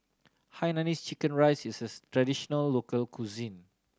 hainanese chicken rice is traditional local cuisine